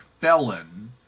felon